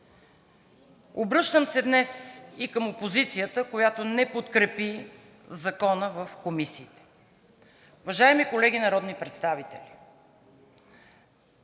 Обръщам се днес и към опозицията, която не подкрепи Закона в комисиите. Уважаеми колеги народни представители,